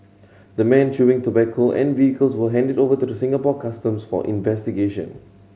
the men chewing tobacco and vehicles were handed over to the Singapore Customs for investigation